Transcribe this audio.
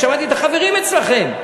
ושמעתי את החברים אצלכם.